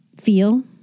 feel